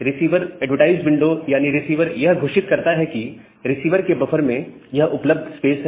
receiver advertise window यानी receiver यह घोषित करता है कि रिसीवर के बफर में यह उपलब्ध स्पेस है